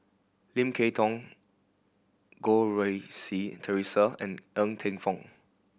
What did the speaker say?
Lim Kay Tong Goh Rui Si Theresa and Ng Teng Fong